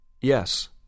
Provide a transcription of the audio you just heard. Yes